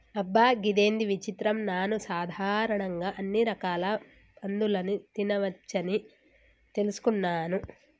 అబ్బ గిదేంది విచిత్రం నాను సాధారణంగా అన్ని రకాల పందులని తినవచ్చని తెలుసుకున్నాను